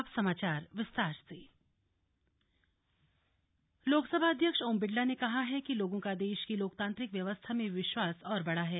अब समाचार विस्तार से लोकसभा अध्यक्ष लोकसभा अध्यक्ष ओम बिडला ने कहा है कि लोगों का देश की लोकतांत्रिक व्यवस्था में विश्वास और बढ़ा है